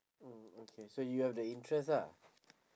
mm okay so you have the interest lah